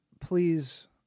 Please